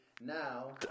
Now